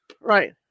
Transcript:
Right